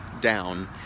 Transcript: down